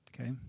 okay